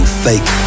fake